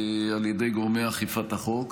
על ידי גורמי אכיפת החוק.